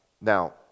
Now